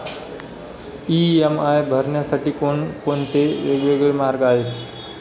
EMI भरण्यासाठी कोणते वेगवेगळे मार्ग आहेत?